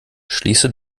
schließe